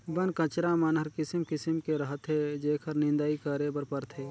बन कचरा मन हर किसिम किसिम के रहथे जेखर निंदई करे बर परथे